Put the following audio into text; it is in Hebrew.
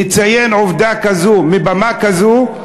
לציין עובדה כזאת מבמה כזאת,